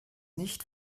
nicht